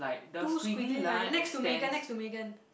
two squiggly line next to Mei Gan next to Mei Gan